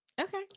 Okay